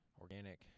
Organic